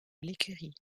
l’écurie